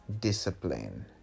discipline